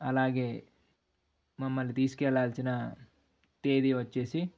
అలాగే మమ్మల్ని తీసుకు వెళాల్సిన తేదీ వచ్చి